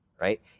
right